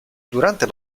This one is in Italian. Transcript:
durante